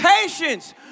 patience